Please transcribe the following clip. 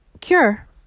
Cure